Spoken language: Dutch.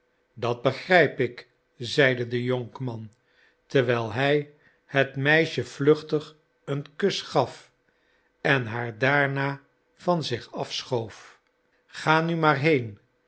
dat begrijp ik zeide de jonkman terwijl hij het meisje vluchtig een kus gaf en haar daarna van zich afschoof ga nu maar heen